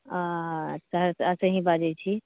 आर सहरसासे ही बाजैत छी